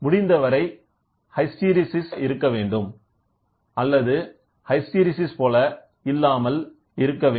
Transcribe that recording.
முடிந்தவரை ஹிஸ்டெரெஸிஸ் போல குறைவாக இருக்க வேண்டும் அல்லது ஹிஸ்டெரெஸிஸ் போல இல்லாமல் இருக்க வேண்டும்